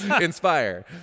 inspire